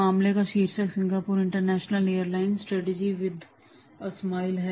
मामले का शीर्षक Singapore international airline strategy with a smile है